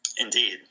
Indeed